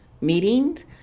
meetings